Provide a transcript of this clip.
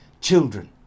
children